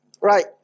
right